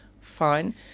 Fine